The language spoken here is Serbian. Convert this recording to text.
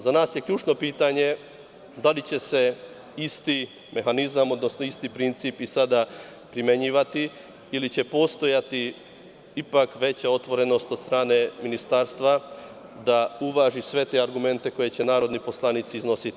Za nas je ključno pitanje da li će se isti mehanizam, odnosno isti princip i sada primenjivati ili će postojati ipak veća otvorenost od strane ministarstva da uvaži sve te argumente koje će narodni poslanici iznositi.